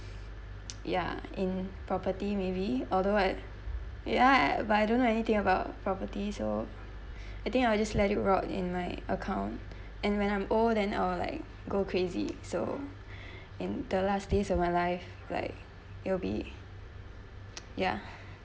ya in property maybe although I ya but I don't know anything about property so I think I will just let it roared in my account and when I'm old and I'll like go crazy so in the last days of my life like it'll be ya